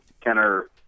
Kenner